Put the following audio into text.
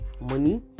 money